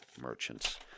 Merchants